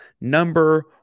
number